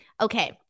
Okay